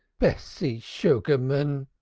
bessie sugarman!